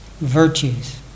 virtues